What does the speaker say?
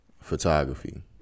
Photography